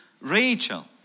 Rachel